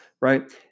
right